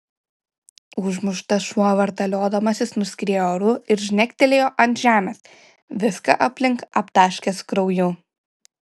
užmuštas šuo vartaliodamasis nuskriejo oru ir žnektelėjo ant žemės viską aplink aptaškęs krauju